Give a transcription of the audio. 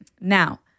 Now